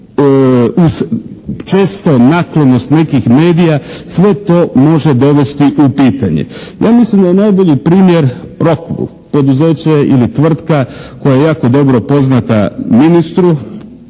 uz često naklonost nekih medija sve to može dovesti u pitanje. Ja mislim da je najbolji primjer "Rokvu", poduzeće ili tvrtka koja je jako dobro poznata ministru,